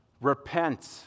Repent